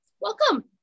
Welcome